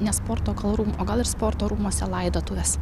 ne sporto gal rūm o gal ir sporto rūmuose laidotuvės